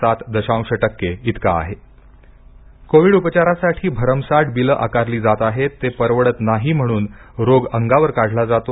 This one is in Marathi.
सांगली कोविड सेंटर कोवीड उपचारासाठी भरमसाट बिल आकारली जात आहेत ते परवडत नाही म्हणून रोग अंगावर काढला जातो